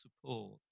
support